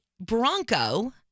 Bronco